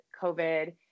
COVID